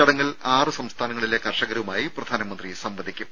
ചടങ്ങിൽ ആറ് സംസ്ഥാനങ്ങളിലെ കർഷകരുമായി പ്രധാനമന്ത്രി സംവദിക്കും